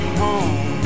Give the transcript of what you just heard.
home